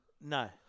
No